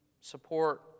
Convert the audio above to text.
support